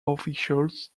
officials